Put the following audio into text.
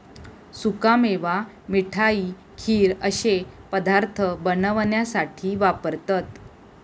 सुका मेवा मिठाई, खीर अश्ये पदार्थ बनवण्यासाठी वापरतत